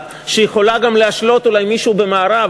שיכולה גם להשלות אולי מישהו במערב.